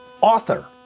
author